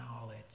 knowledge